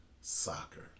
soccer